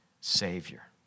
savior